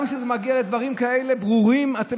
גם כשזה מגיע לדברים כאלה ברורים אתם